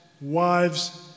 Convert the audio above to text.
wives